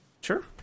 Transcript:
Sure